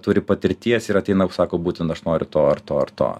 turi patirties ir ateina jau sako būtent aš noriu to ar to ar to